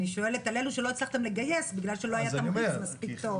אני שואלת על אלו שלא הצלחתם לגייס בגלל שלא היה תמריץ מספיק טוב.